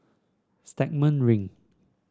Stagmont Ring